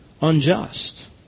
unjust